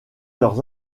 leurs